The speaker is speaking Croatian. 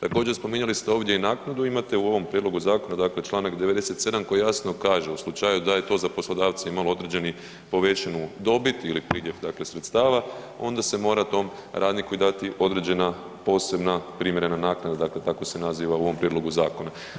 Također, spominjali ste ovdje i naknadu, imate u ovom prijedlogu zakona dakle Članak 97. koji jasno kaže u slučaju da je to za poslodavce imalo određenu povećanu dobit ili priljev dakle sredstava onda se mora tom radniku i dati određena posebna primjerena naknada dakle tako se naziva u ovom prijedlogu zakona.